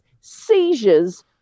seizures